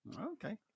Okay